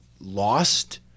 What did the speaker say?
lost